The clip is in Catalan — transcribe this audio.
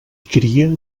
cria